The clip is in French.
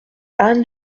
anne